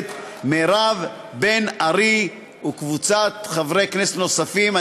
הכנסת מירב בן ארי עם קבוצת חברי כנסת נוספים.